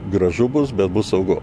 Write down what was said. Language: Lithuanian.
gražu bus bet bus saugu